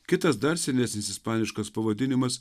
kitas dar senesnis ispaniškas pavadinimas